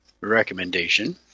recommendation